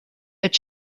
that